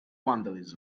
vandalism